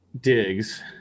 digs